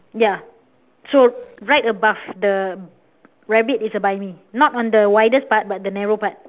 ya so right above the rabbit is a buy me not on the widest part but the narrow part